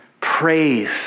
praise